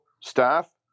staff